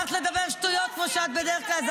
גמרת לדבר שטויות כמו שאת בדרך כלל מדברת ?